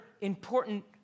important